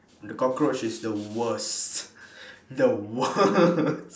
the cockroach is the worst the worst